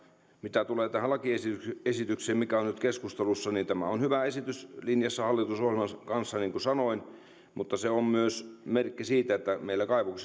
mitä tulee tähän lakiesitykseen lakiesitykseen mikä on nyt keskustelussa niin tämä on hyvä esitys linjassa hallitusohjelman kanssa niin kuin sanoin mutta se on myös merkki siitä että meillä